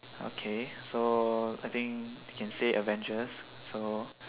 okay so I think can say avengers so